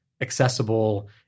accessible